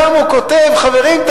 שם הוא כותב: חברים,